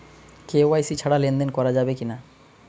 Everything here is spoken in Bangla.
কে.ওয়াই.সি ছাড়া লেনদেন করা যাবে কিনা?